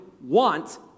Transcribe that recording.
want